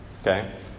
Okay